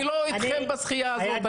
אני לא אתכם בשחייה הזאת,